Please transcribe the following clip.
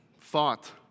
thought